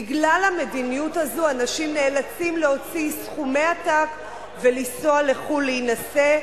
בגלל המדיניות הזו אנשים נאלצים להוציא סכומי עתק ולנסוע לחו"ל להינשא.